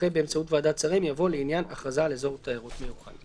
אחרי "באמצעות ועדת שרים" יבוא "לעניין הכרזה על אזור תיירות מיוחד,".